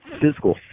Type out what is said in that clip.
physical